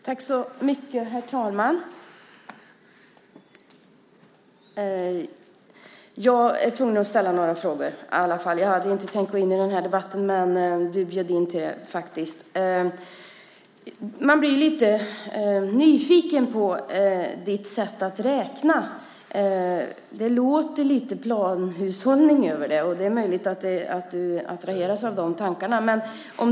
Herr talman! Jag är tvungen att ställa några frågor. Jag hade inte tänkt att gå in i debatten, men du bjöd faktiskt in till det, Sven Otto Littorin. Man blir lite nyfiken på ditt sätt att räkna. Det låter lite planhushållning över det hela, och det är möjligt att du attraheras av de tankarna.